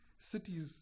cities